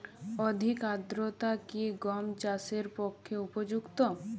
অধিক আর্দ্রতা কি গম চাষের পক্ষে উপযুক্ত?